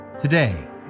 Today